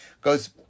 goes